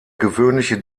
gewöhnliche